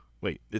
Wait